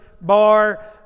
bar